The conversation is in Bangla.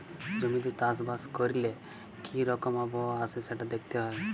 জমিতে চাষ বাস ক্যরলে কি রকম আবহাওয়া আসে সেটা দ্যাখতে হ্যয়